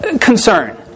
concern